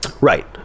Right